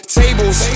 tables